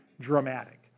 dramatic